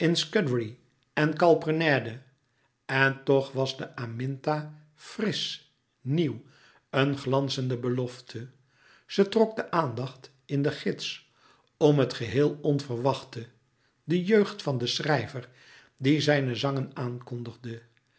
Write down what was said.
en calprenède en toch was de aminta frisch nieuw een glanzende belofte ze trok de aandacht in de gids om het geheel onverwachte de jeugd van den schrijver die zijne zangen aankondigde